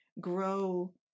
grow